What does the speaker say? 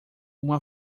uma